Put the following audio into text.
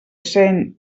seny